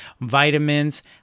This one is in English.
vitamins